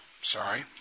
sorry